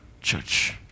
church